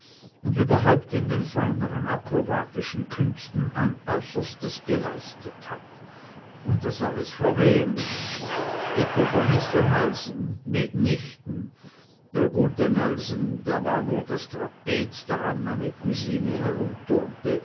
und überhaupt in den feineren akrobatischen künsten ein äußerstes geleistet hat und das alles vor wem etwa vor mister nelson mitnichten der gute nelson der war nur das trapez daran meine cousine